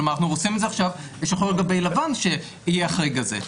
כלומר אנחנו רוצים את זה עכשיו שחור על גבי לבן שיהיה החריג הזה,